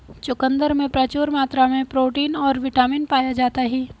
चुकंदर में प्रचूर मात्रा में प्रोटीन और बिटामिन पाया जाता ही